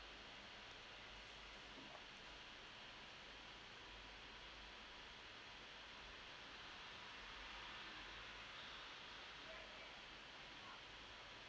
mm